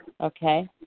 Okay